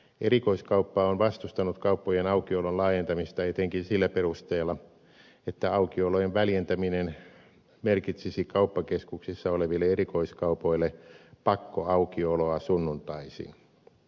erikoiskauppa on vastustanut kauppojen aukiolon laajentamista etenkin sillä perusteella että aukiolojen väljentäminen merkitsisi kauppakeskuksissa oleville erikoiskaupoille pakkoaukioloa sunnuntaisin